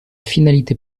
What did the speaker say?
finalité